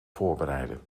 voorbereiden